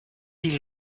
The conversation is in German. die